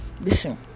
listen